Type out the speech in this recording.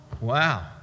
Wow